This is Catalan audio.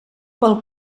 pel